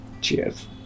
Cheers